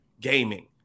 gaming